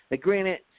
granted